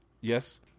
Yes